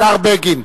השר בגין.